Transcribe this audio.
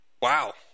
Wow